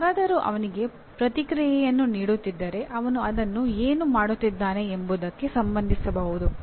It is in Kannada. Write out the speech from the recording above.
ಯಾರಾದರೂ ಅವನಿಗೆ ಪ್ರತಿಕ್ರಿಯೆಯನ್ನು ನೀಡುತ್ತಿದ್ದರೆ ಅವನು ಅದನ್ನು ಏನು ಮಾಡುತ್ತಿದ್ದಾನೆ ಎಂಬುದಕ್ಕೆ ಸಂಬಂಧಿಸಬಹುದು